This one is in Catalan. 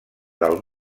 del